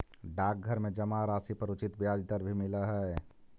डाकघर में जमा राशि पर उचित ब्याज दर भी मिलऽ हइ